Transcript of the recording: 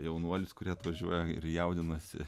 jaunuolius kurie atvažiuoja ir jaudinasi